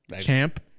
champ